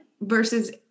versus